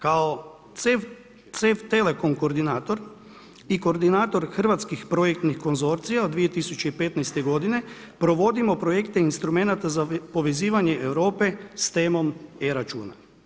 Kao CEF telekom koordinator i koordinator hrvatskih projektnih konzorcija od 2015. g. provodimo projekte instrumenata za povezivanje Europe s temom e-računa.